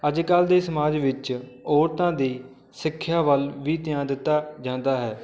ਅੱਜ ਕੱਲ੍ਹ ਦੇ ਸਮਾਜ ਵਿੱਚ ਔਰਤਾਂ ਦੀ ਸਿੱਖਿਆ ਵੱਲ ਵੀ ਧਿਆਨ ਦਿੱਤਾ ਜਾਂਦਾ ਹੈ